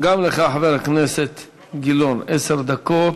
גם לך, חבר הכנסת גילאון, עשר דקות.